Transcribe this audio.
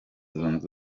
zunze